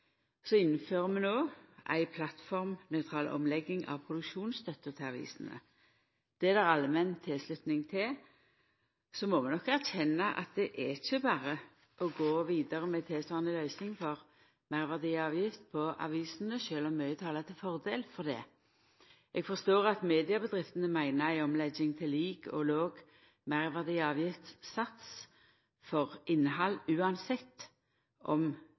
innfører no ei plattformnøytral omlegging av produksjonstøtta til avisene. Det er det allmenn tilslutning til. Så må vi nok erkjenna at det er ikkje berre å gå vidare med tilsvarande løysing for meirverdiavgift på avisene, sjølv om mykje talar til fordel for det. Eg forstår det slik at mediebedriftene meiner ei omlegging til lik og låg meirverdiavgiftssats for innhald, uansett om